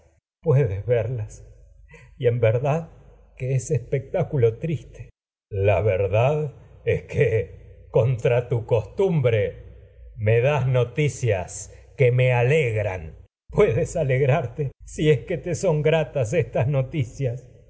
completa evidencia verlas y en electra puedes táculo verdad que es espec triste la egisto verdad es que contra tu costumbre me das noticias que me alegran electra puedes estas alegrarte si es que te son gratas noticias